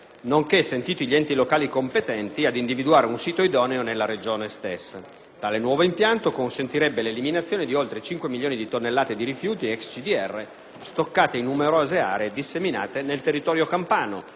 nonché, sentiti gli enti locali competenti, ad individuare un sito idoneo nel territorio della Regione stessa. Tale nuovo impianto consentirebbe l'eliminazione di oltre 5 milioni di tonnellate di rifiuti, ex CDR, stoccate in numerose aree disseminate nel territorio campano.